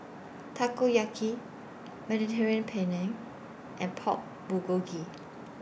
Takoyaki Mediterranean Penne and Pork Bulgogi